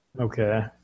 Okay